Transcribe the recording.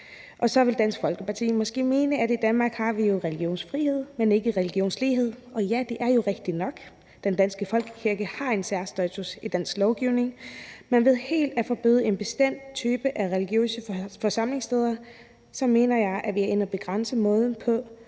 Så vil Dansk Folkeparti måske mene, at i Danmark har vi jo religionsfrihed, men ikke religionslighed, og ja, det er rigtigt nok. Den danske folkekirke har en særstatus i dansk lovgivning. Men ved helt at forbyde en bestemt type af religiøse forsamlingssteder mener jeg at vi er inde at begrænse måden,